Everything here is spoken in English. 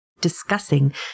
discussing